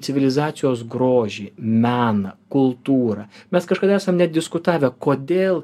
civilizacijos grožį meną kultūrą mes kažkada esam net diskutavę kodėl